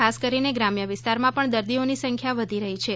ખાસ કરીને ગ્રામ્ય વિસ્તારમા પણ દર્દીઓની સંખ્યા વધી રહી છે